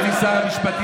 אדוני שר המשפטים,